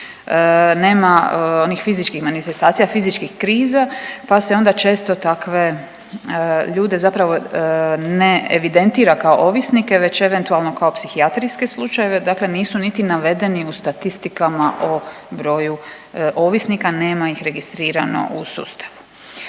nema onih fizičkih manifestacija, fizičkih kriza, pa se onda često takve ljude zapravo ne evidentira kao ovisnike već eventualno kao psihijatrijske slučajeve, dakle nisu niti navedeni u statistikama o broju ovisnika, nema ih registrirano u sustavu.